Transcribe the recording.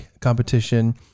competition